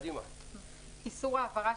איסור העברה,